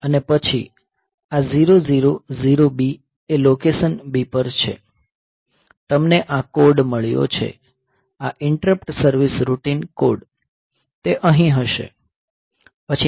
અને પછી આ 000B એ લોકેશન B પર છે તમને આ કોડ મળ્યો છે આ ઈન્ટરપ્ટ સર્વીસ રૂટીન કોડ તે અહીં હશે